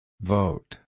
Vote